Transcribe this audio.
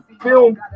film